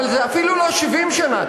אבל זה אפילו לא 70 שנה,